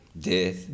Death